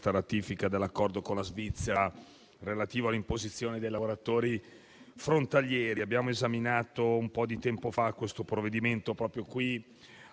ratifica dell'accordo con la Svizzera relativo all'imposizione dei lavoratori frontalieri. Abbiamo esaminato un po' di tempo fa questo provvedimento proprio qui